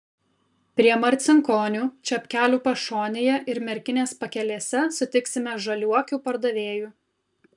prie marcinkonių čepkelių pašonėje ir merkinės pakelėse sutiksime žaliuokių pardavėjų